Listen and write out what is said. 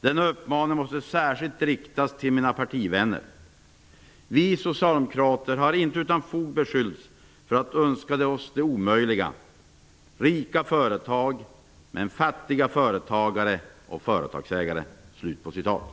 Denna uppmaning måste särskilt riktas till mina partivänner. Vi socialdemokrater har inte utan fog beskyllts för att önska oss det omöjliga: rika företag men fattiga företagare och företagsägare.'' Fru talman!